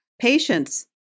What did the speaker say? Patience